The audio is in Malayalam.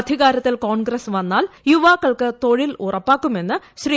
അധികാരത്തിൽ കോൺഗ്രസ് വന്നാൽ യുവാക്കൾക്ക് തൊഴിൽ ഉറപ്പാക്കുമെന്ന് ശ്രീ